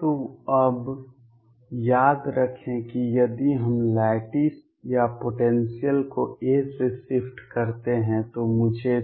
तो अब याद रखें कि यदि हम लैटिस या पोटेंसियल को a से शिफ्ट करते हैं तो मुझे